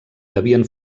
devien